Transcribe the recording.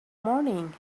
morning